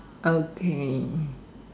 okay